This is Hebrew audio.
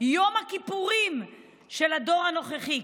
יום הכיפורים של הדור הנוכחי,